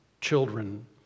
children